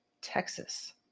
Texas